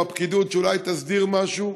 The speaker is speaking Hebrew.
או לפקידות שאולי תסדיר משהו,